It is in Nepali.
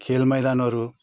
खेल मैदानहरू